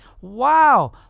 Wow